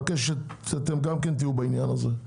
הקרוב שאתם גם כן תהיו בעניין הזה,